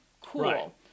cool